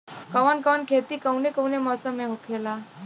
कवन कवन खेती कउने कउने मौसम में होखेला?